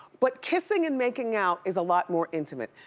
but kissing and making out is a lot more intimate.